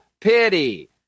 pity